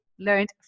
learned